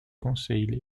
conseil